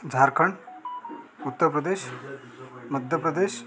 Jharkhand Uttar Pradesh Madhya Pradesh